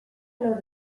lor